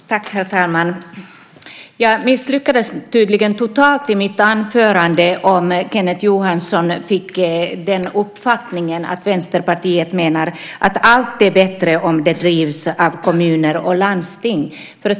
Herr talman! Jag misslyckades tydligen totalt i mitt anförande, om Kenneth Johansson fick den uppfattningen att Vänsterpartiet menar att allt är bättre om det drivs av kommuner och landsting.